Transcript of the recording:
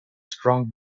strong